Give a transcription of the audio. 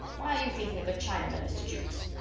why are you thinking of the chinamen, mr. jukes?